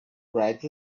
rides